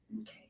Okay